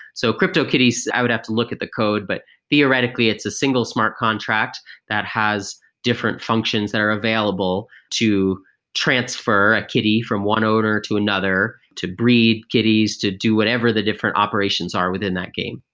so cryptokitties, i would have to look at the code, but theoretically it's a single smart contract that has different functions that are available to transfer a kitty from one owner to another, to breed kitties, to do whatever the different operations are within that game.